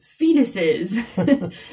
fetuses